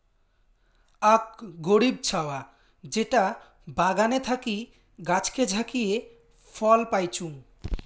আক গরীব ছাওয়া যেটা বাগানে থাকি গাছকে ঝাকিয়ে ফল পাইচুঙ